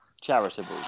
charitable